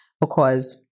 because-